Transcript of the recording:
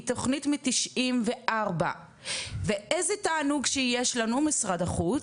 היא תוכנית מ-94 ואיזה תענוג שיש לנו משרד החוץ